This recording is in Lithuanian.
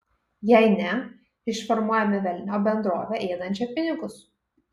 jei ne išformuojame velniop bendrovę ėdančią pinigus